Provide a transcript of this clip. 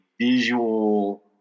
visual